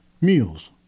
meals